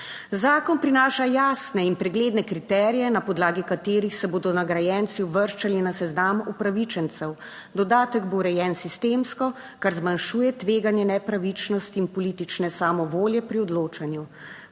Zakon prinaša jasne in pregledne kriterije, na podlagi katerih se bodo nagrajenci uvrščali na seznam upravičencev. Dodatek bo urejen sistemsko, kar zmanjšuje tveganje nepravičnosti in politične samovolje pri odločanju.